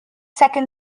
second